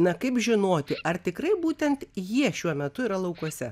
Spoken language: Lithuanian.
na kaip žinoti ar tikrai būtent jie šiuo metu yra laukuose